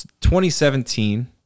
2017